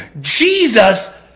Jesus